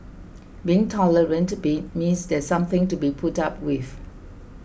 being tolerant be means there's something to be put up with